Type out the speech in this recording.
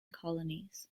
colonies